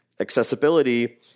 Accessibility